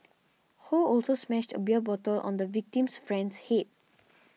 Ho also smashed a beer bottle on the victim's friend's head